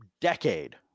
decade